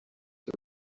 the